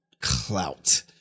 clout